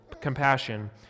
compassion